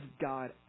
God